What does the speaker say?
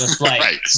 Right